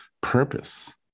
purpose